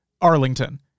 Arlington